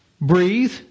Breathe